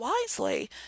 wisely